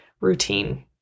routine